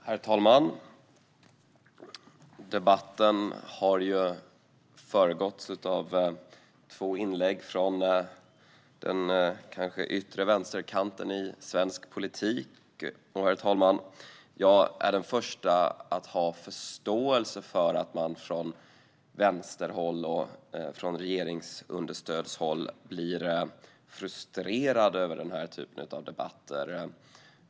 Herr talman! Tidigare i debatten har vi fått höra två inlägg från den yttre vänsterkanten i svensk politik. Jag är den första att ha förståelse för att man från vänsterhåll och från regeringsunderstödshåll blir frustrerad över denna typ av debatter.